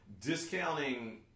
discounting